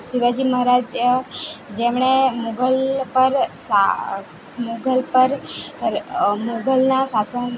શિવાજી મહારાજ જેમણે મુગલ પર મુગલ પર મુગલના સાસન